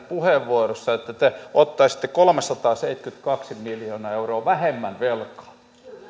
puheenvuorossa esitettiin että te ottaisitte kolmesataaseitsemänkymmentäkaksi miljoonaa euroa vähemmän velkaa